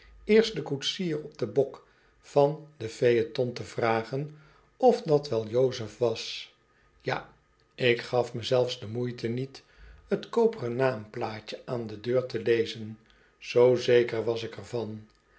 eerst den koetsier op den bok van den phaëton te vragen of dat wel jozef was ja ik gaf me zelfs de moeite niet t koperen naamplaatje aan de deur te lezen zoo zeker was ik er